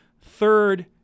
third